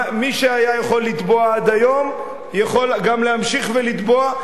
מי שהיה יכול לתבוע עד היום יכול להמשיך ולתבוע.